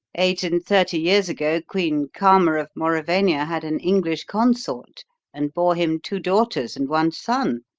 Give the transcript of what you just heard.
eight-and-thirty years ago queen karma of mauravania had an english consort and bore him two daughters, and one son.